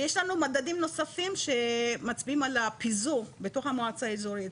יש לנו מדדים נוספים שמצביעים על הפיזור בתוך המועצה האזורית,